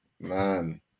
Man